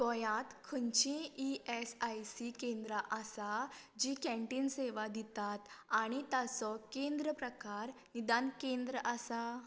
गोंयांत खंयचीं E S I C केंद्रां आसा जीं कॅन्टीन सेवा दितात आनी तांचो केंद्र प्रकार निदान केंद्र आसा